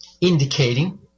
indicating